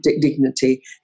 dignity